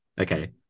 Okay